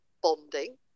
bonding